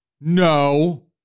No